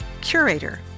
Curator